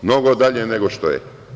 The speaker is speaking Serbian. Mnogo dalje nego što je.